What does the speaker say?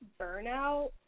burnout